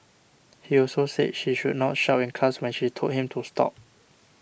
he also said she should not shout in class when she told him to stop